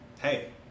hey